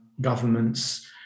governments